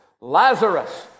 Lazarus